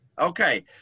Okay